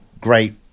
great